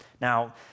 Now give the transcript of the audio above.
Now